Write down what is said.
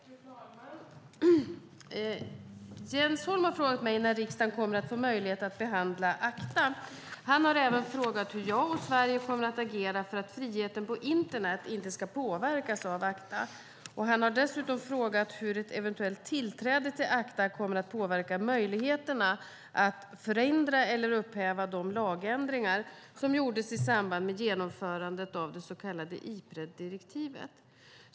Fru talman! Jens Holm har frågat mig när riksdagen kommer att få möjlighet att behandla ACTA. Han har även frågat hur jag och Sverige kommer att agera för att friheten på internet inte ska påverkas av ACTA. Han har dessutom frågat hur ett eventuellt tillträde till ACTA kommer att påverka möjligheterna att förändra eller upphäva de lagändringar som gjordes i samband med genomförandet av det så kallade Ipreddirektivet.